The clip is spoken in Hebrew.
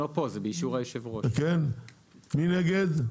מי נגד?